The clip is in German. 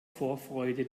vorfreude